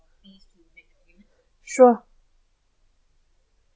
sure